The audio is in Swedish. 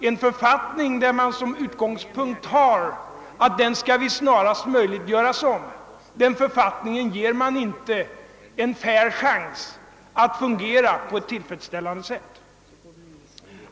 Om man har till utgångspunkt att en författning snarast måste göras om, får denna författning inte en fair chance att fungera på ett tillfredsställande sätt.